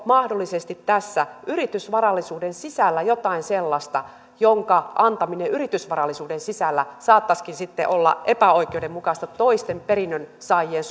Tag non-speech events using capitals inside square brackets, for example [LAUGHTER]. mahdollisesti tässä yritysvarallisuuden sisällä jotain sellaista jonka antaminen yritysvarallisuuden sisällä saattaisikin sitten olla epäoikeudenmukaista toisten perinnönsaajien [UNINTELLIGIBLE]